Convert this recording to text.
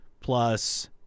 plus